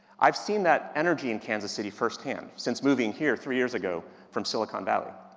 i've seen that energy in kansas city firsthand, since moving here, three years ago from silicon valley.